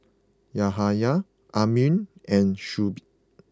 Yahya Amrin and Shuib